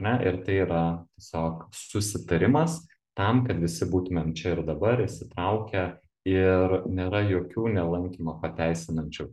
ne ir tai yra tiesiog susitarimas tam kad visi būtumėm čia ir dabar įsitraukę ir nėra jokių nelankymą pateisinančių